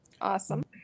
Awesome